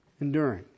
enduring